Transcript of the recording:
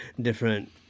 different